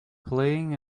playing